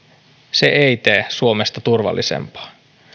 se ei tee suomesta turvallisempaa